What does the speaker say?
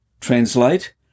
Translate